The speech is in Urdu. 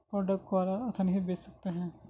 پروڈکٹ کو اور آسانی سے بیچ سکتے ہیں